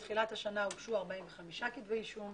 מתחילת השנה הוגשו 45 כתבי אישום,